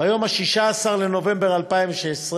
ביום 16 בנובמבר 2016,